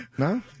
No